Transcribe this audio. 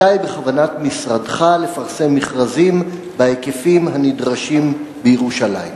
3. מתי בכוונת משרדך לפרסם מכרזים בהיקפים הנדרשים בירושלים?